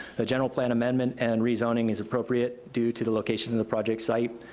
a general plan amendment and rezoning is appropriate, due to the location of the project site,